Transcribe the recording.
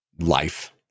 life